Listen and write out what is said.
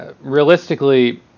realistically